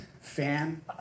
fan